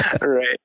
Right